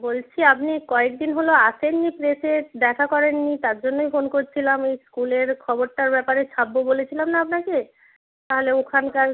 বলছি আপনি কয়েকদিন হলো আসেননি প্রেসে দেখা করেননি তার জন্যই ফোন করছিলাম এই স্কুলের খবরটার ব্যাপারে ছাপব বলেছিলাম না আপনাকে তাহলে ওখানকার